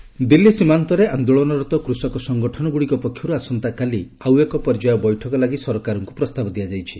farmers talk Delhi ସୀମାନ୍ତରେ ଆନ୍ଦୋଳନରତ କୃଷକ ସଙ୍ଗଠନଗୁଡ଼ିକ ପକ୍ଷରୁ ଆସନ୍ତାକାଲି ଆଉ ଏକ ପର୍ଯ୍ୟାୟ ବୈଠକ ଲାଗି ସରକାରଙ୍କୁ ପ୍ରସ୍ତାବ ଦିଆଯାଇଛି